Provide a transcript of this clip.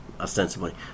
ostensibly